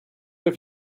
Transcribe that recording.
have